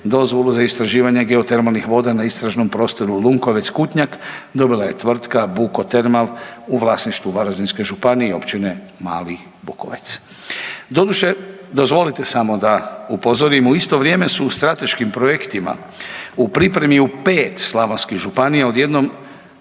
dozvolu za istraživanje geotermalnih voda na istražnom prostoru Lunjkovec-Kutnjak dobila je tvrtka „Bukotermal“ u vlasništvu Varaždinske županije Općine Mali Bukovec. Doduše dozvolite samo da upozorimo, u isto vrijeme su u strateškim projektima u pripremi u pet slavonskih županija odjednom